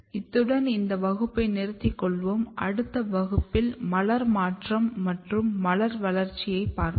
இத்துடன் இந்த வகுப்பை நிறுத்திக்கொள்வோம் அடுத்த வகுப்பில் மலர் மாற்றம் மற்றும் மலர் வளர்ச்சியைப் பார்ப்போம்